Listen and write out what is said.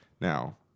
Now